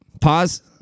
Pause